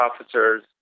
officers